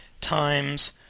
Times